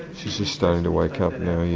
she's just starting to wake up now, yes.